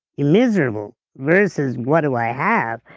you're miserable versus what do i have,